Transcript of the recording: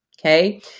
Okay